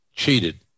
cheated